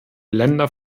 länder